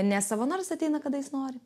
nes savanoris ateina kada jis nori